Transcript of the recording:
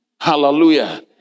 Hallelujah